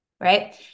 right